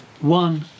One